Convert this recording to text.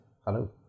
Hello